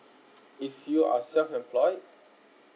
if you are self employed